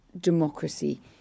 democracy